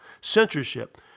censorship